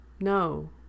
No